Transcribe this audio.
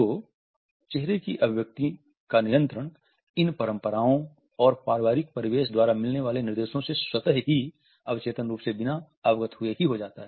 तो चेहरे की अभिव्यक्ति का नियंत्रण इन परम्पराओं और पारिवारिक परिवेश द्वारा मिलने वाले निर्देशों से स्वतः ही अवचेतन रूप से बिना अवगत हुए ही हो जाता है